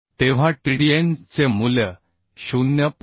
तेव्हा TDN चे मूल्य 0